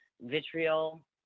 vitriol